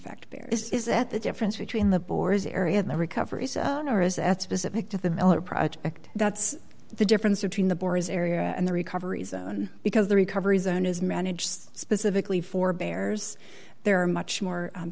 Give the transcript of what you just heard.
effect there is that the difference between the borders area and the recovery or is that specific to the miller project that's the difference between the bores area and the recovery zone because the recovery zone is managed specifically forbears there are much more